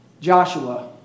Joshua